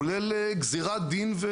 כולל גזירת דין.